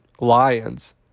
Lions